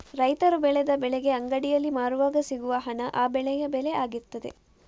ರೈತರು ಬೆಳೆದ ಬೆಳೆಗೆ ಅಂಗಡಿಯಲ್ಲಿ ಮಾರುವಾಗ ಸಿಗುವ ಹಣ ಆ ಬೆಳೆಯ ಬೆಲೆ ಆಗಿರ್ತದೆ